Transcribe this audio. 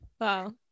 Wow